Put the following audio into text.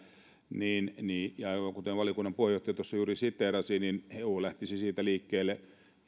ja aivan kuten valiokunnan puheenjohtaja tuossa juuri siteerasi eu lähtisi liikkeelle